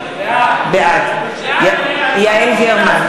בעד ישראל אייכלר,